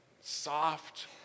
soft